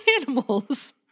animals